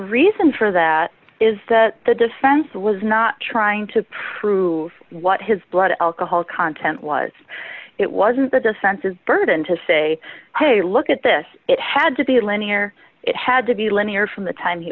reason for that is that the defense was not trying to prove what his blood alcohol content was it wasn't the defense's burden to say hey look at this it had to be linear it had to be linear from the time he